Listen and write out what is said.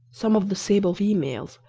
some of the sable females,